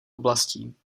oblastí